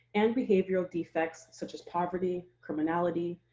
and behavioral defects such as poverty, criminality,